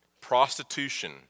prostitution